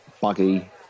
buggy